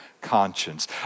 conscience